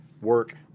work